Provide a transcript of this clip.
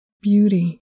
beauty